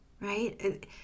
right